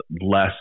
less